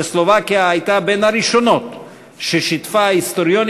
וסלובקיה הייתה בין הראשונות ששיתפה היסטוריונים